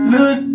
Look